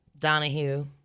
Donahue